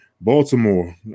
Baltimore